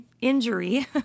injury